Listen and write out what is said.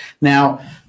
Now